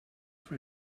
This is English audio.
for